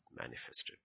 Manifested